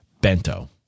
bento